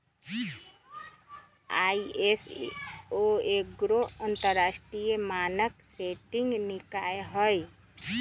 ISO एगो अंतरराष्ट्रीय मानक सेटिंग निकाय हइ